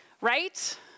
Right